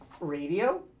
radio